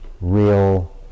real